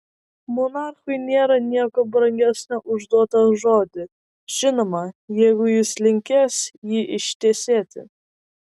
monarchui nėra nieko brangesnio už duotą žodį žinoma jeigu jis linkęs jį ištesėti